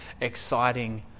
exciting